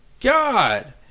god